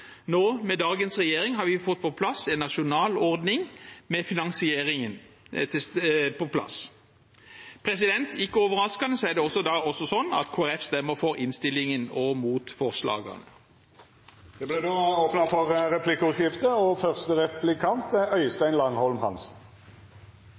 Nå, med dagens regjering, har vi fått på plass en nasjonal ordning med finansiering. Ikke overraskende er det da også slik at Kristelig Folkeparti stemmer for innstillingen og mot forslagene. Det vert replikkordskifte. Jeg regner med at representanten Grøvan kjenner godt til Egersund kommune og all den flotte verdiskapingen som foregår på Eigerøya. Der er